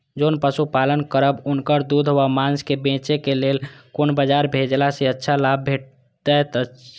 जोन पशु पालन करब उनकर दूध व माँस के बेचे के लेल कोन बाजार भेजला सँ अच्छा लाभ भेटैत?